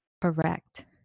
Correct